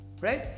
right